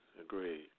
Agreed